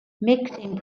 mixing